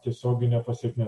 tiesioginė pasekmė